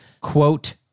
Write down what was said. quote